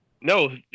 no